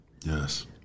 Yes